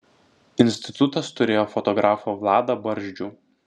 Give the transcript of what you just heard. institutas turėjo fotografą vladą barzdžių